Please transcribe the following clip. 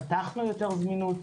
פתחנו יותר זמינות,